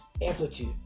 amplitude